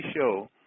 show